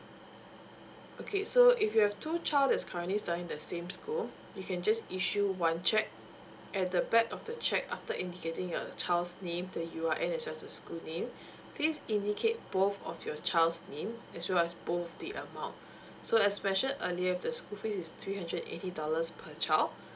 okay so if you have two child that's currently studying in the same school you can just issue one check at the back of the check after indicating your child's name the U_I_N as well as the school name please indicate both of your child's name as well as both the amount so as mentioned earlier the school fees is three hundred eighty dollars per child